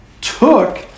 took